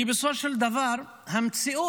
כי בסופו של דבר המציאות